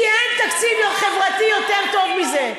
כי אין תקציב חברתי טוב יותר מזה.